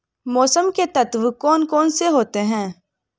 मौसम के तत्व कौन कौन से होते हैं?